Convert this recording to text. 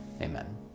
amen